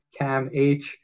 camh